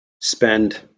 spend